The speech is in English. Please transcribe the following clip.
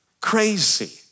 crazy